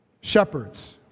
shepherds